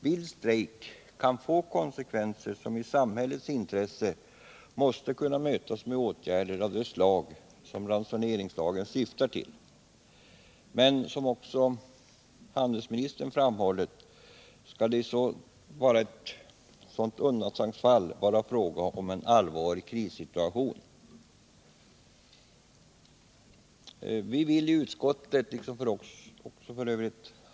Vild strejk kan få konsekvenser som i samhällets intresse måste kunna mötas med åtgärder av det slag som ransoneringslagen syftar till. Men som handelsministern också framhåller skall det i sådant fall vara fråga om en allvarlig krissituation. Vi vill i utskottet betona, vilket f.ö.